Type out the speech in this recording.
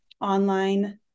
online